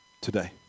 today